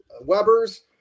Weber's